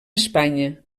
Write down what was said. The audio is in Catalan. espanya